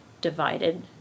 divided